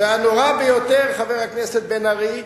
והנורא ביותר, חבר הכנסת בן-ארי,